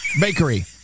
Bakery